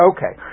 Okay